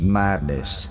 madness